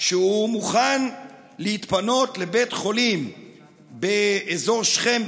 שהוא מוכן להתפנות לבית חולים באזור שכם,